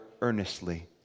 earnestly